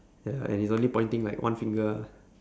ya and he's only pointing like one finger